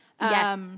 Yes